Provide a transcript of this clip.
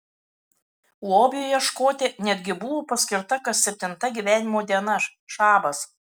lobiui ieškoti netgi buvo paskirta kas septinta gyvenimo diena šabas